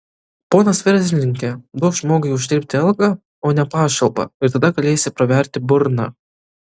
ponas verslininke duok žmogui uždirbti algą o ne pašalpą ir tada galėsi praverti burną